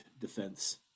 defense